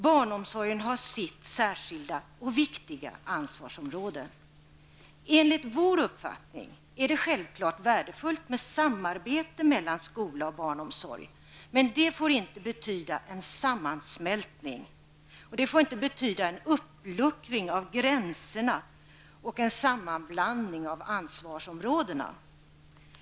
Barnomsorgen har sitt särskilda och viktiga ansvarsområde. Enligt vår uppfattning är det självfallet värdefullt med samarbete mellan skola och barnomsorg. Det får dock inte betyda en sammansmältning, en uppluckring av gränserna och en sammanblandning av ansvarsområdena.